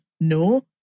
No